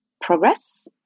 progress